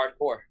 hardcore